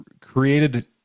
created